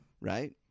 Right